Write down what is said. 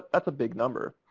that's a big number.